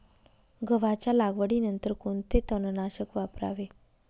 गव्हाच्या लागवडीनंतर कोणते तणनाशक वापरावे?